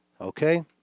Okay